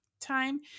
Time